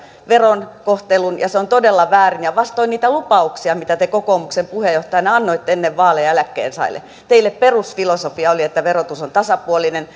verokohtelun ja se on todella väärin ja vastoin niitä lupauksia mitä te kokoomuksen puheenjohtajana annoitte ennen vaaleja eläkkeensaajille teidän perusfilosofianne oli että verotus on tasapuolinen